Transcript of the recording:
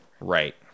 right